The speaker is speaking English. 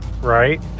Right